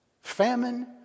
Famine